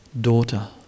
Daughter